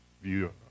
view